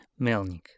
Melnik